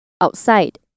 outside